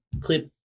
clip